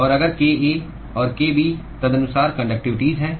और अगर kA और kB तदनुसार कंडक्टिविटीज हैं